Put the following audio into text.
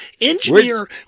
Engineer